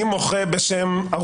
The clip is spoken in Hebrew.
אני מוחה בשם ערוץ הכנסת.